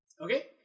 Okay